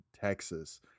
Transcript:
Texas